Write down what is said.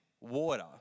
water